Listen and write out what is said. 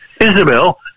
Isabel